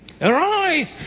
Arise